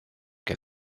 que